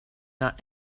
not